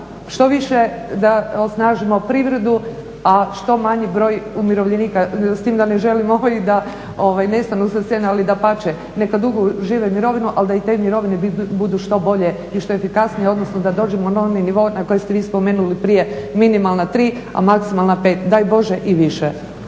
što više da osnažimo privredu a što manji broj umirovljenika s tim da ne želimo i da nestanu sa scene ali dapače neka dugo žive mirovinu ali da i te mirovine budu što bolje i što efikasnije odnosno da dođemo na oni nivo koji ste vi spomenuli prije, minimalna tri a maksimalna pet, daj Bože i više.